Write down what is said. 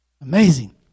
amazing